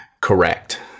Correct